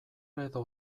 edo